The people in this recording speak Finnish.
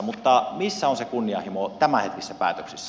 mutta missä on se kunnianhimo tämänhetkisissä päätöksissä